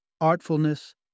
artfulness